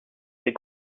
ses